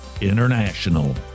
International